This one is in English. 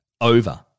over